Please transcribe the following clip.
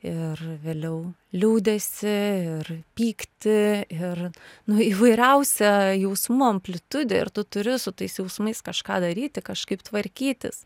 ir vėliau liūdesį ir pyktį ir nu įvairiausia jausmų amplitudė ir tu turi tais jausmais kažką daryti kažkaip tvarkytis